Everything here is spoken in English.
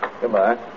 Goodbye